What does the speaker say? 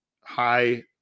high